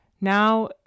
now